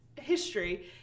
history